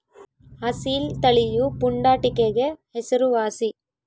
ಅಸೀಲ್ ತಳಿಯು ಪುಂಡಾಟಿಕೆಗೆ ಹೆಸರುವಾಸಿ